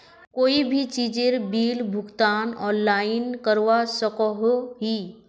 कोई भी चीजेर बिल भुगतान ऑनलाइन करवा सकोहो ही?